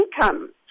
income